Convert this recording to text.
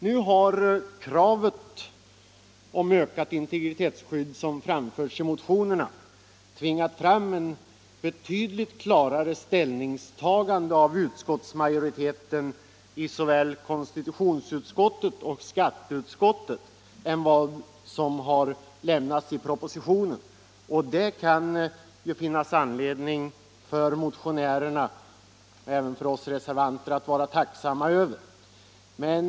Nu har det krav på ökat integritetsskydd, som framförts i motionerna, tvingat fram ett betydligt klarare ställningstagande av utskottsmajoriteten i såväl konstitutionsutskottet som skatteutskottet än vad fallet är i propositionen. Det kan ju vara anledning för motionärerna och även för oss reservanter att vara tacksamma över detta.